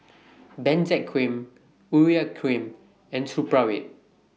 Benzac Cream Urea Cream and Supravit